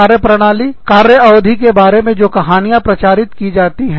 कार्यप्रणाली कार्य अवधि के बारे में जो कहानियां प्रचारित की जाती है